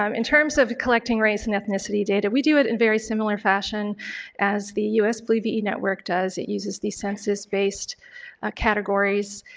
um in terms of collecting race and ethnicity data we do it in a very similar fashion as the us flu ve network does, it uses the census based ah categories